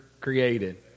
created